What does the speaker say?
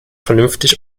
vernünftig